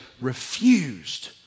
refused